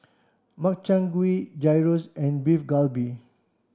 Makchang Gui Gyros and Beef Galbi